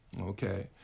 Okay